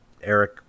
Eric